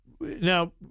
Now